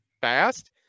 fast